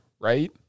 right